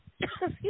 Excuse